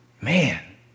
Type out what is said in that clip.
Man